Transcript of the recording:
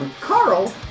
Carl